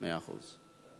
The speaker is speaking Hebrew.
מאה אחוז.